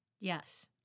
Yes